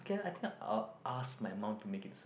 can I think I'll ask my mom to make it soon